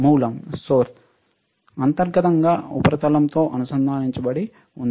మూలం అంతర్గతంగా ఉపరితలంతో అనుసంధానించబడి ఉంది